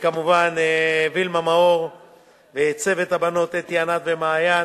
וכמובן וילמה מאור וצוות הבנות אתי, ענת ומעיין.